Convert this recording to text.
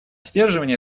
сдерживания